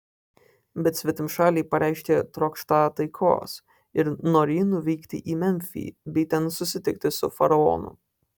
bet svetimšaliai pareiškė trokštą taikos ir norį nuvykti į memfį bei ten susitikti su faraonu